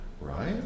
right